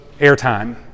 airtime